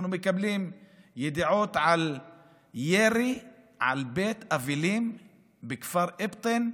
אנחנו מקבלים ידיעות על ירי על בית אבלים בכפר אבטין,